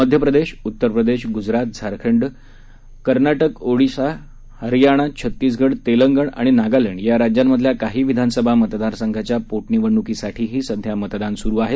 मध्य प्रदेश उत्तर प्रदेश गुजरात झारखंड कर्नाटक ओडिशा हरीयाणा छत्तीसगढ तेलंगणा आणि नागालँड या राज्यांमधल्या काही विधानसभा मतदारसंघाच्या पोटनिवडणुकीसाठीही सध्या मतदान सुरु आहे